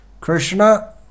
Krishna